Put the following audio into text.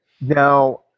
Now